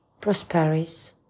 prosperous